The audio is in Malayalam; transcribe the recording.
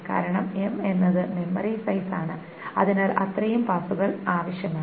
കാരണംM എന്നത് മെമ്മറി സൈസ് ആണ് അതിനാൽ അത്രയും പാസുകൾ ആവശ്യമാണ്